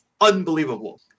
unbelievable